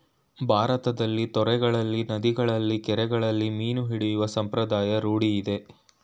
ಭಾರತದಲ್ಲಿ ತೊರೆಗಳಲ್ಲಿ, ನದಿಗಳಲ್ಲಿ, ಕೆರೆಗಳಲ್ಲಿ ಮೀನು ಹಿಡಿಯುವ ಸಂಪ್ರದಾಯ ರೂಢಿಯಿದೆ